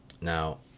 Now